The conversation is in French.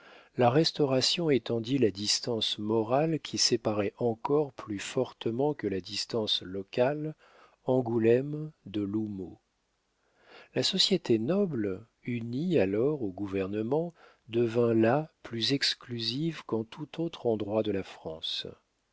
la restauration étendit la distance morale qui séparait encore plus fortement que la distance locale angoulême de l'houmeau la société noble unie alors au gouvernement devint là plus exclusive qu'en tout autre endroit de la france